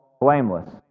blameless